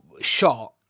shot